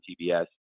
TBS